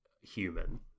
human